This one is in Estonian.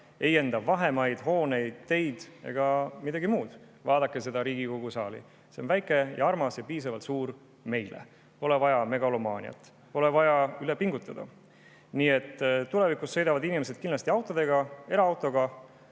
ei enda vahemaid, hooneid, teid ega midagi muud. Vaadake seda Riigikogu saali. See on väike ja armas ja piisavalt suur meile. Pole vaja megalomaaniat, pole vaja üle pingutada. Nii et tulevikus sõidavad inimesed kindlasti autoga, eraautoga,